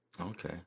Okay